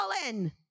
fallen